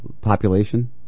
Population